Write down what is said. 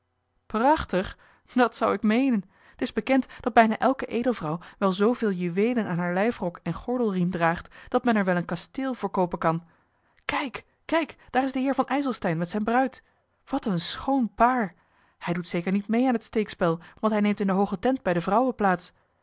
prachtig dat zou ik meenen t is bekend dat bijna elke edelvrouw wel zooveel juweelen aan haar lijfrok en gordelriem draagt dat men er wel een kasteel voor koopen kan kijk kijk daar is de heer van ijselstein met zijne bruid wat een schoon paar hij doet zeker niet mede aan het steekspel want hij neemt in de hooge tent bij de vrouwen plaats